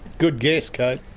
good guess kate!